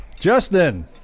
Justin